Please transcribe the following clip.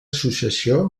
associació